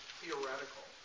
theoretical